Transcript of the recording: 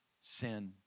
sin